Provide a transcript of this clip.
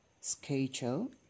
schedule